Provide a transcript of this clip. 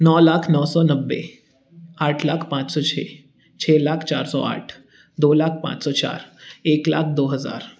नौ लाख नौ सौ नब्बे आठ लाख पाँच सो छः छः लाख चार सौ आठ दो लाख पाँच सौ चार एक लाख दो हज़ार